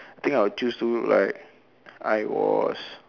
think I'll choose to look like I was